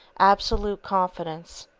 absolute confidence,